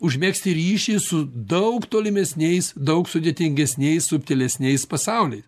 užmegzti ryšį su daug tolimesniais daug sudėtingesniais subtilesniais pasauliais